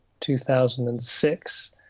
2006